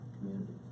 community